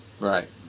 Right